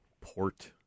port